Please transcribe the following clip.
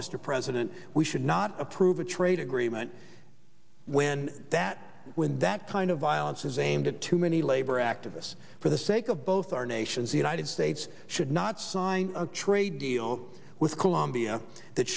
mr president we should not approve a trade agreement when that when that kind of violence is aimed at too many labor activists for the sake of both our nations the united states should not sign a trade deal with colombia that